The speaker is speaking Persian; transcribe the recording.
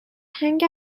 هنگ